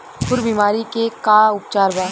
खुर बीमारी के का उपचार बा?